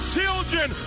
Children